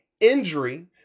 injury